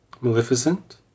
Maleficent